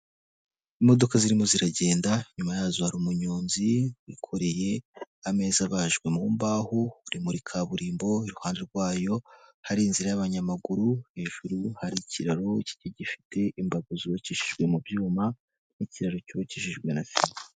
Imodoka zirimo ziragenda inyuma yazo hari umunyonzi wikoreye ameza abajwe mu mbaho, ari muri kaburimbo iruhande rwayo hari inzira y'abanyamaguru, hejuru hari ikiraro gifite imbavu zubakishijwe mu byuma n'ikiraro cyubakishijwe na sima.